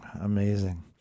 amazing